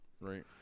Right